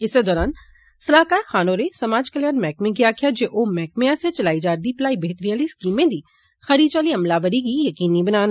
इस्सै दौरान सलाहकार खान होरें समाज कल्याण मैहकमे गी आक्खेया जे ओ मैहकमे आस्सेया चलाई जा रदी भलाई बेहतरी आली स्कीमें दी खरी चाली अमलावरी गी यकीनी बनान